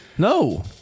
No